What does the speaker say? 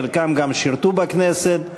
חלקם גם שירתו בכנסת.